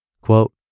Quote